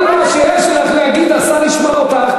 כל מה שיש לך להגיד, השר ישמע אותך.